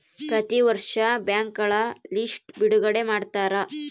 ಪ್ರತಿ ವರ್ಷ ಬ್ಯಾಂಕ್ಗಳ ಲಿಸ್ಟ್ ಬಿಡುಗಡೆ ಮಾಡ್ತಾರ